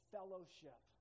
fellowship